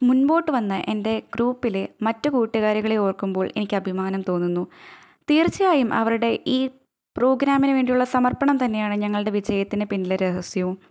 മുൻപോട്ടു വന്ന എൻ്റെ ഗ്രൂപ്പിലെ മറ്റ് കൂട്ടുകാരികളെ ഓർക്കുമ്പോൾ എനിക്ക് അഭിമാനം തോന്നുന്നു തീർച്ചയായും അവരുടെ ഈ പ്രോഗ്രാമിന് വേണ്ടിയിട്ടുള്ള സമർപ്പണം തന്നെയാണ് ഞങ്ങളുടെ വിജയത്തിന് പിന്നിലെ രഹസ്യവും